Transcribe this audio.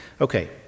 okay